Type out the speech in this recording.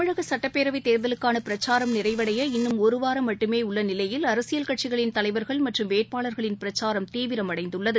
தமிழகசுட்டப்பேரவைதேர்தலுக்கானபிரச்சாரம் நிறைவடைய இன்னும் ஒருவாரம் மட்டுமேஉள்ளநிலையில் அரசியல் கட்சிகளின் தலைவர்கள் மற்றும் வேட்பாளர்களின் பிரச்சாரம் தீவிரம் அடைந்துள்ளது